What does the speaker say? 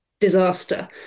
disaster